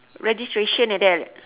registration like that